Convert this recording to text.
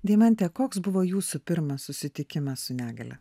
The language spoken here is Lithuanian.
deimante koks buvo jūsų pirmas susitikimas su negalia